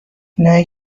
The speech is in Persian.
اینایی